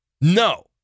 No